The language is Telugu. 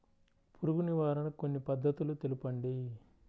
పురుగు నివారణకు కొన్ని పద్ధతులు తెలుపండి?